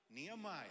Nehemiah